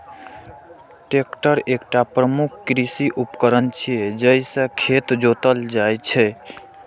tractor एकटा प्रमुख कृषि उपकरण छियै, जइसे खेत जोतल जाइ छै